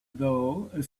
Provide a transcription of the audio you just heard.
though